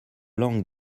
langue